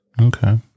Okay